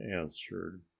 answered